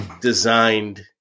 designed